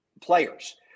players